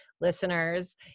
Listeners